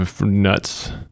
nuts